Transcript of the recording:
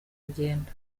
urugendo